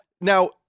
Now